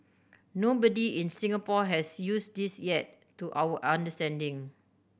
nobody in Singapore has used this yet to our understanding